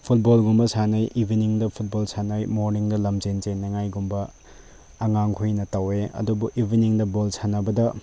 ꯐꯨꯠꯕꯣꯜꯒꯨꯝꯕ ꯁꯥꯟꯅꯩ ꯏꯕꯤꯅꯤꯡꯗ ꯐꯨꯠꯕꯣꯜ ꯁꯥꯟꯅꯩ ꯃꯣꯔꯅꯤꯡꯗ ꯂꯝꯖꯦꯜ ꯆꯦꯟꯅꯉꯥꯏꯒꯨꯝꯕ ꯑꯉꯥꯡꯈꯣꯏꯅ ꯇꯧꯋꯦ ꯑꯗꯨꯕꯨ ꯏꯕꯤꯅꯤꯡꯗ ꯕꯣꯜ ꯁꯥꯟꯅꯕꯗ